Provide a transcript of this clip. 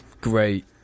Great